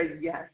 yes